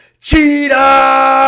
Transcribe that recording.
Cheetah